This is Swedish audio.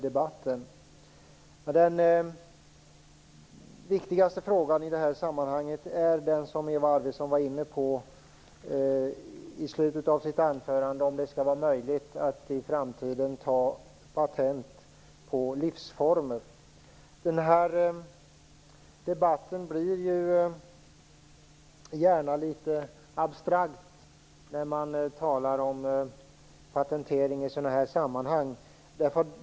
Den viktigaste frågan i det här sammanhanget är den som Eva Arvidsson var inne på i slutet av sitt anförande - om det skall vara möjligt att i framtiden ta patent på livsformer. Debatten blir gärna litet abstrakt när man talar om patentering i sådana här sammanhang.